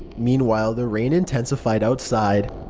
meanwhile, the rain intensified outside.